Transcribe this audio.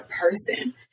person